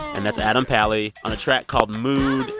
and that's adam pally on a track called mood